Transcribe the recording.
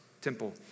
temple